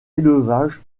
élevage